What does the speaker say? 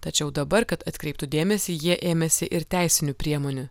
tačiau dabar kad atkreiptų dėmesį jie ėmėsi ir teisinių priemonių